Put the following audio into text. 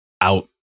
out